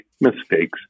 mistakes